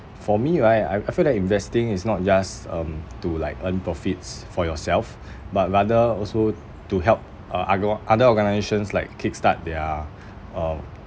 for me right I I feel that investing is not just um to like earn profits for yourself but rather also to help uh other other organisations like kickstart their um